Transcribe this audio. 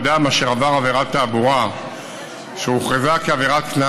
אדם אשר עבר עבירת תעבורה שהוכרזה כעבירת קנס